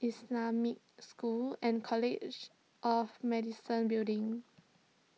Islamic School and College of Medicine Building